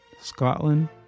Scotland